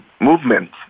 Movement